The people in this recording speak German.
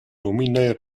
nominell